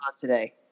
today